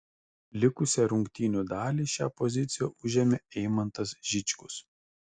likusią rungtynių dalį šią poziciją užėmė eimantas žičkus